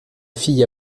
fille